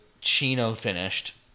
Chino-finished